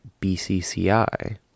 BCCI